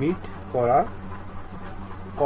meet করার কথা